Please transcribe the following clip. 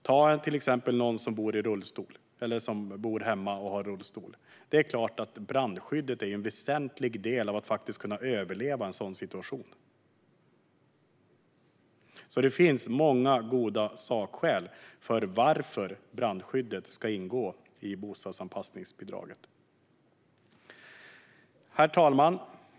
Det är klart att brandskyddet är en väsentlig del för en person som bor hemma och sitter i rullstol för att överleva om en brand uppstår. Det finns alltså många bra sakskäl till att brandskyddet ska ingå i bostadsanpassningsbidraget. Herr talman!